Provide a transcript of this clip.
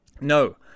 no